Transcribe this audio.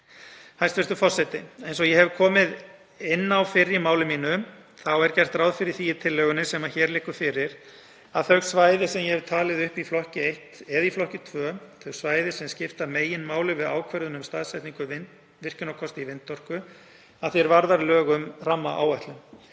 Hæstv. forseti Eins og ég hef komið inn fyrr í máli mínu þá er gert ráð fyrir því í tillögunni sem hér liggur fyrir að þau svæði sem ég hef talið upp í flokki 1 eða í flokki 2 séu þau svæði sem skipta meginmáli við ákvörðun um staðsetningu virkjunarkosta í vindorku að því er varðar lög um rammaáætlun.